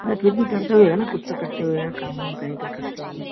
नहीं फिर भी करते हैं ना कुछ तो करते हैं काम वाम कहीं पर करते हैं